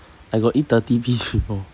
I got eat thirty piece before